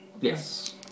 Yes